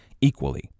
equally